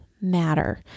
matter